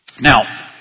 Now